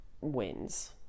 wins